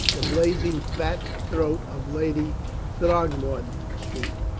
the blazing fat throat of lady throgmorton street?